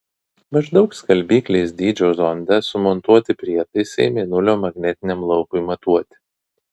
maždaug skalbyklės dydžio zonde sumontuoti prietaisai mėnulio magnetiniam laukui matuoti